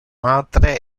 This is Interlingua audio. matre